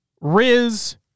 Riz